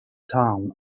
town